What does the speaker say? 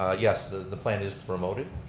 ah yes the the plan is to promote it.